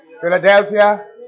Philadelphia